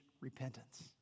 repentance